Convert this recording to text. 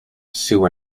sue